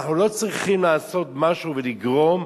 אנחנו לא צריכים לעשות משהו ולגרום,